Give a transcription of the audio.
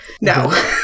No